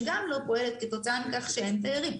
שגם לא פועלת כתוצאה מכך שאין תיירים.